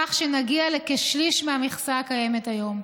כך שנגיע לכשליש מהמכסה הקיימת היום,